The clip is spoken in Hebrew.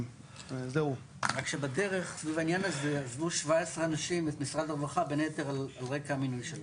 רק שבדרך עזבו 17 אנשים את משרד הרווחה בין היתר על רקע המינוי שלה.